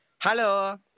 Hello